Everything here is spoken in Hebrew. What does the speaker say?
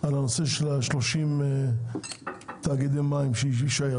שנושא 30 תאגידי מים יישאר.